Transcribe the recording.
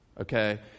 Okay